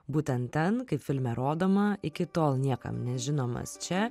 būtent ten kaip filme rodoma iki tol niekam nežinomas čia